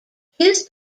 his